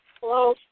Hello